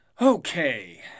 Okay